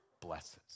blesses